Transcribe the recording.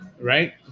Right